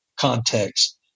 context